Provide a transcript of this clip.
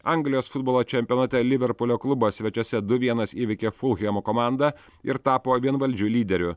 anglijos futbolo čempionate liverpulio klubas svečiuose du vienas įveikė fulhemo komandą ir tapo vienvaldžiu lyderiu